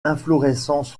inflorescences